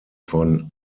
von